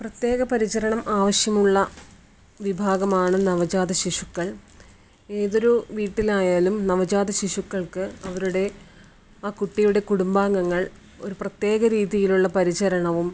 പ്രത്യേക പരിചരണം ആവിശ്യമുള്ള വിഭാഗമാണ് നവജാത ശിശുക്കൾ ഏതൊരു വീട്ടിലായാലും നവജാത ശിശുക്കൾക്ക് അവരുടെ ആ കുട്ടിയുടെ കുടുംബാംഗങ്ങൾ ഒരു പ്രത്യേക രീതിയിലുള്ള പരിചരണവും